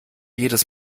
jedes